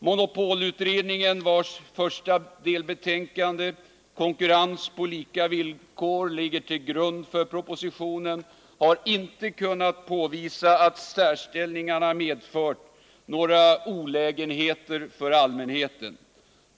Monopolutredningen, vars första delbetänkande Konkurrens på lika villkor ligger till grund för propositionen, har inte kunnat påvisa att särställningarna medfört några olägenheter för allmänheten.